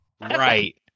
Right